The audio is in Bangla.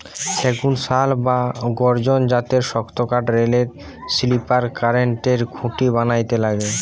সেগুন, শাল বা গর্জন জাতের শক্তকাঠ রেলের স্লিপার, কারেন্টের খুঁটি বানাইতে লাগে